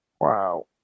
Wow